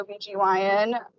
OBGYN